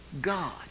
God